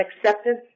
acceptance